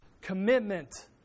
commitment